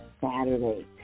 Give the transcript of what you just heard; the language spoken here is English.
Saturday